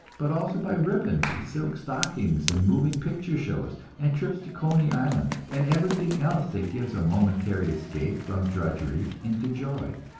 but also by ribbons, and silk stockings, and moving picture shows, and trips to coney island, and everything else that gives a momentary escape from drudgery into joy.